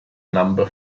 number